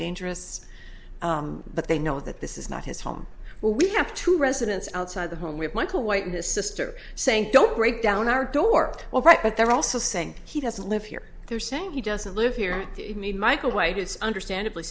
dangerous but they know that this is not his home well we have two residents outside the home with michael white and his sister saying don't break down our door all right but they're also saying he doesn't live here they're saying he doesn't live here you mean michael white it's understandably